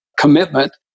commitment